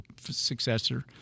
successor